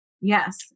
yes